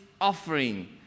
offering